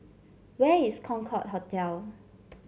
where is Concorde Hotel